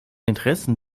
interessen